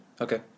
Okay